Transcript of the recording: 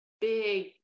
big